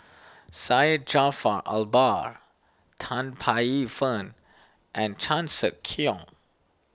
Syed Jaafar Albar Tan Paey Fern and Chan Sek Keong